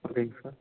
ஓகேங்க சார்